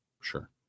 Sure